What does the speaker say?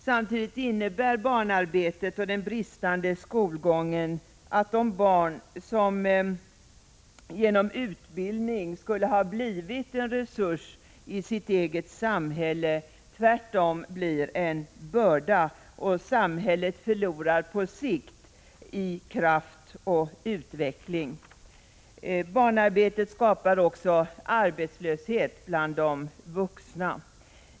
Samtidigt innebär barnarbetet och den bristande skolgången att de barn som genom utbildning skulle ha blivit en resurs i sitt eget samhälle tvärtom blir en börda, och samhället förlorar på sikt i kraft och utveckling. Barnarbetet skapar också arbetslöshet bland vuxna.